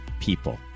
people